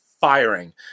firing